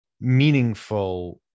meaningful